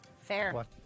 Fair